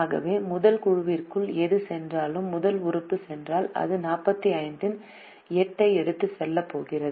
ஆகவே முதல் குழுவிற்குள் எது சென்றாலும் முதல் உறுப்பு சென்றால் அது 45 இல் 8 ஐ எடுத்துச் செல்லப் போகிறது